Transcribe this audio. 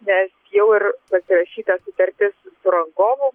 nes jau ir pasirašyta sutartis su rangovu